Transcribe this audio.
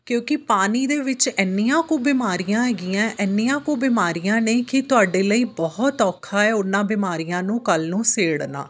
ਕਿਉਂਕਿ ਪਾਣੀ ਦੇ ਵਿੱਚ ਇੰਨੀਆਂ ਕੁ ਬਿਮਾਰੀਆਂ ਹੈਗੀਆਂ ਇੰਨੀਆਂ ਕੁ ਬਿਮਾਰੀਆਂ ਨੇ ਕਿ ਤੁਹਾਡੇ ਲਈ ਬਹੁਤ ਔਖਾ ਹੈ ਉਹਨਾਂ ਬਿਮਾਰੀਆਂ ਨੂੰ ਕੱਲ੍ਹ ਨੂੰ ਸੇੜਨਾ